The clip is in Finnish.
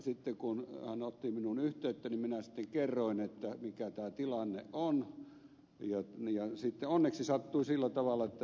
sitten kun hän otti minuun yhteyttä minä sitten kerroin mikä tämä tilanne on ja onneksi sattui sillä tavalla että ed